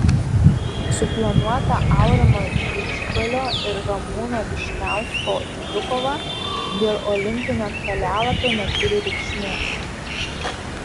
suplanuota aurimo didžbalio ir ramūno vyšniausko dvikova dėl olimpinio kelialapio neturi reikšmės